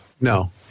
no